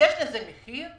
יש לזה מחיר?